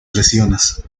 lesiones